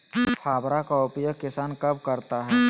फावड़ा का उपयोग किसान कब करता है?